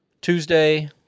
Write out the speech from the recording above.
Tuesday